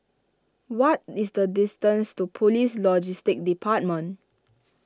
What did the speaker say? what is the distance to Police Logistics Department